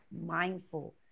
mindful